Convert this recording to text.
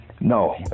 No